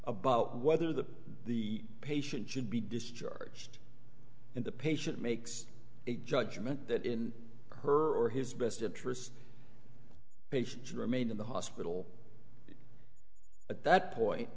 about whether the patient should be discharged and the patient makes a judgment that in her or his best interests patients remain in the hospital at that point